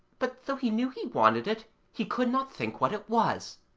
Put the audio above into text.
but, though he knew he wanted it, he could not think what it was.